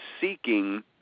seeking